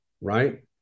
right